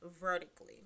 vertically